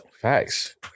Facts